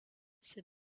ces